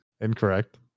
Incorrect